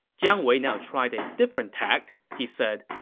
jiang wei now tried a different tact. he said,